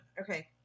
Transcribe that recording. Okay